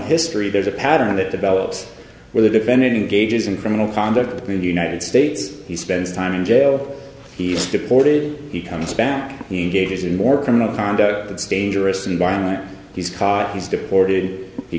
history there's a pattern that develops where the defendant gauges and criminal conduct in the united states he spends time in jail he's deported he comes back he gave his in more criminal conduct that's dangerous environment he's caught he's deported he